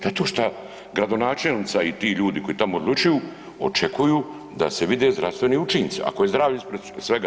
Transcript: Zato šta gradonačelnica i ti ljudi koji tamo odlučuju očekuju da se vide zdravstveni učinci, ako je zdravlje ispred svega.